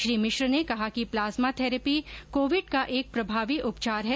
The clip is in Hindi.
श्री मिश्र ने कहा कि प्लाज्मा थेरेपी कोविड का एक प्रभावी उपचार है